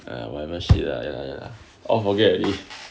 and whatever shit lah ya ya or forget already